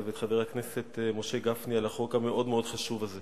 ואת חבר הכנסת משה גפני על החוק המאוד-מאוד חשוב הזה.